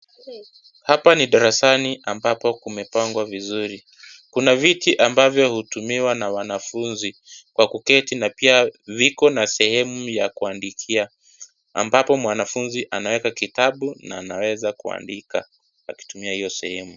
Hapa ni darasani ambapo kumepangwa vizuri . Kuna viti ambavyo hutumiwa na wanafunzi kwa kuketi na pia viko na sehemu ya kuandikia ambapo mwanafunzi anaeka kitabu na anaweza kuandika akitumia hiyo sehemu.